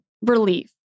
relief